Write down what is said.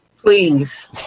Please